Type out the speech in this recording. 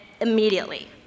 immediately